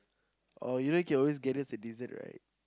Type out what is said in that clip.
oh you know you can always get us a dessert right